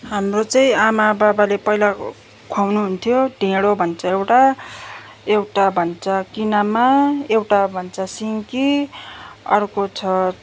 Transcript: हाम्रो चाहिँ आमा बाबाले पहिला खुवाउनु हुन्थ्यो ढेँडो भन्छ एउटा एउटा भन्छ किनेमा एउटा भन्छ सिन्की अर्को छ